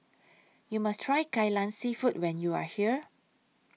YOU must Try Kai Lan Seafood when YOU Are here